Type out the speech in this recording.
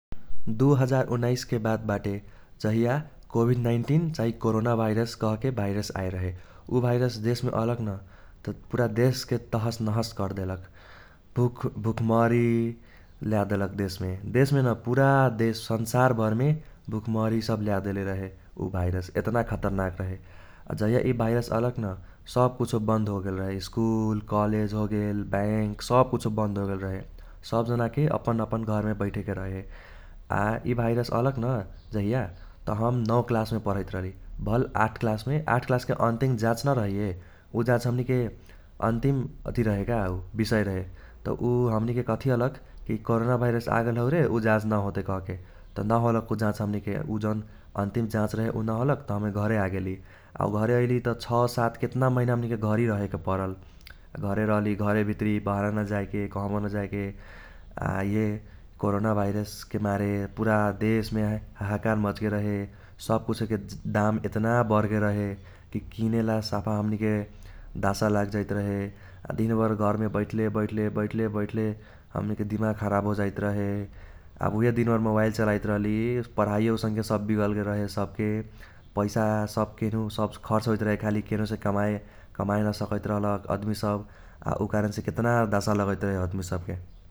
दु हाजार उन्नाइसके बात बाटे जहिया कोविद नाइन्टीन चाही कोरोना भाईरस कहके भाईरस आएल रहे । उ भाईरस देशमे अलक न त पूरा देशके तहस नहस कर्देलक । भूखमरी ल्यादेलक देशमे, देशमे न पूरा देश संसार भरमे भूखमरी सब ल्यादेले रहे उ भाईरस एतना खतरनाक रहे । आ जाहिया इ भाईरस अलक न सब कुछो बन्द होगेल रहे। स्कूल, कॉलेज होगेल, बैंक सब कुछो बन्द होगेल रहे । सब जानाके अपन अपन घरमे बैठेके रहे। आ इ भाईरस अलक न जाहिया त हम नौ क्लासमे पर्हैत रहली, भल आठ क्लासमे आठ क्लासके अन्तिम जाच न रहैये, उ जाच हमनीके अन्तिम अथि रहे का उ बीषय रहे । त उ हमनीके कथी अलक कि कोरोना भाईरस आगेल हौ रे उ जाच न होतै कहके। त न होलक उ जाच हमनीके उ जौन अन्तिम जाच रहे उ न होलक त हमे घरे आगेली । आ उ घरे ऐली त छौ सात केतना महिना हमनीके घरही रहेके परल। आ घरे रहली घरे भित्री बाहारा न जाएके कहबो न जाएके । आ इहे कोरोना भाईरसके मारे पूरा देशमे हाहाकार मच्गेल रहे । सब कुछोंके दाम एतना बढगेल रहे कि किनेला साफा हमनीके दासा लाग जाइतरहे। आ दिनभर घरमे बैठले बैठले बैठले बैठले हमनीके दिमाग खराब होजाइत रहे । आब उइहे दिनभर मोबाईल चलाइत रहली परहाइयो उसङ्के सब बिगर गेल रहे सबके । पैसा सब केनहू सब खर्च होइत रहे खाली केनहूसे कमाए कमाए नसकैत रहलक अदमी सब । आ उ कारणसे केतना दासा लगैत रहे अदमी सबके ।